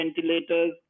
ventilators